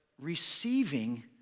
receiving